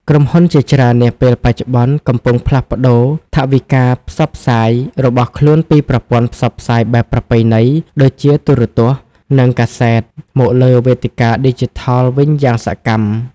ក្រុមហ៊ុនជាច្រើននាពេលបច្ចុប្បន្នកំពុងផ្លាស់ប្តូរថវិកាផ្សព្វផ្សាយរបស់ខ្លួនពីប្រព័ន្ធផ្សព្វផ្សាយបែបប្រពៃណី ដូចជាទូរទស្សន៍ និងកាសែត មកលើវេទិកាឌីជីថលវិញយ៉ាងសកម្ម។